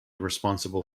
responsible